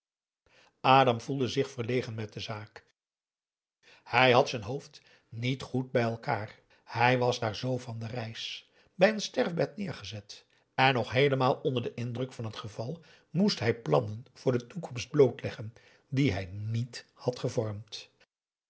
adam voelde zich verlegen met de zaak hij had z'n hoofd niet goed bij elkaar hij was daar aum boe akar eel z van de reis bij n sterfbed neergezet en nog heelemaal onder den indruk van het geval moest hij plannen voor de toekomst blootleggen die hij niet had gevormd